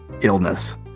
illness